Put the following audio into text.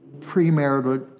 premarital